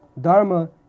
Dharma